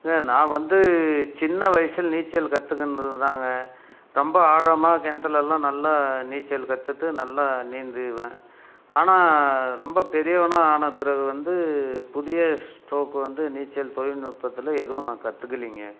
நான் வந்து சின்ன வயதுல நீச்சல் கற்றுகினது தாங்க ரொம்ப ஆழமாக கிணைத்துல்லா நல்லா நீச்சல் கற்றுட்டு நல்லா நீந்துவேன் ஆனால் ரொம்ப பெரியவனாக ஆன பிறகு வந்து புதிய ஸ்ட்ரோக் வந்து நீச்சல் தொழில்நுட்பத்தில் எதுவும் நான் கற்றுக்கிலிங்க